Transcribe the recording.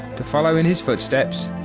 to follow in his footsteps,